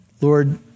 Lord